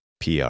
PR